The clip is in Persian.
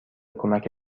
کمک